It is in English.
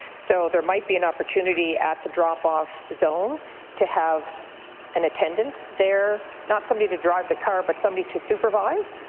so there might be an opportunity at the drop-off zone to have an attendant there, not somebody to drive the car, but somebody to supervise